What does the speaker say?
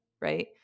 right